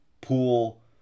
pool